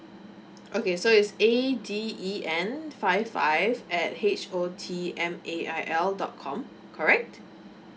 okay so is A D E N five five at H O T M A I L dot com correct